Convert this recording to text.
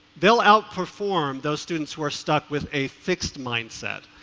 they'll outperform those students who are stuck with a fixed mindset,